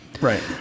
right